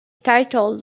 title